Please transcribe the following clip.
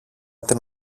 την